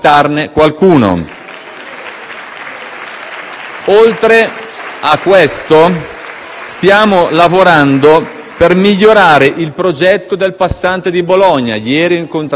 Oltre a questo, stiamo lavorando per migliorare il progetto del passante di Bologna - ieri ho incontrato le autorità locali insieme ai concessionari